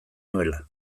nuela